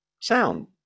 sound